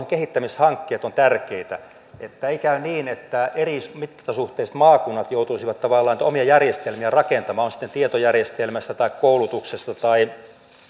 kehittämishankkeet ovat tärkeitä ettei käy niin että eri mittasuhteiset maakunnat joutuisivat tavallaan niitä omia järjestelmiään rakentamaan on kyse sitten tietojärjestelmästä tai koulutuksesta tai